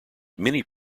many